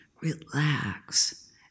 relax